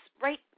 right